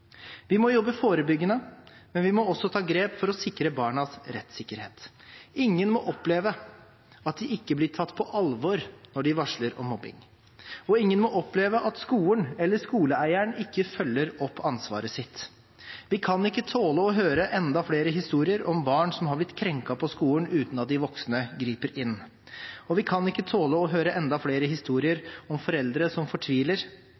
Vi må jobbe forebyggende, men vi må også ta grep for å sikre barnas rettssikkerhet. Ingen må oppleve at de ikke blir tatt på alvor når de varsler om mobbing, og ingen må oppleve at skolen eller skoleeieren ikke følger opp ansvaret sitt. Vi kan ikke tåle å høre enda flere historier om barn som har blitt krenket på skolen uten at de voksne griper inn. Og vi kan ikke tåle å høre enda flere historier om foreldre som fortviler,